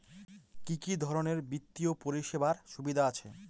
কি কি ধরনের বিত্তীয় পরিষেবার সুবিধা আছে?